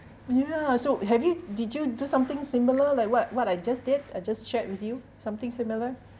yeah so have you did you do something similar like what what I just did I just shared with you something similar